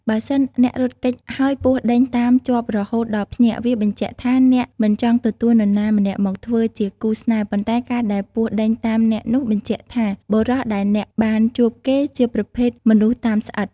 បើសិនអ្នករត់គេចហើយពស់ដេញតាមជាប់រហូតដល់ភ្ញាក់ វាបញ្ជាក់ថាអ្នកមិនចង់ទទួលនរណាម្នាក់មកធ្វើជា គូស្នេហ៍ប៉ុន្តែការដែលពស់ដេញតាមអ្នកនោះបញ្ជាក់ថាបុរសដែលអ្នកបាន ជួបគេជាប្រភេទមនុស្សតាមស្អិត។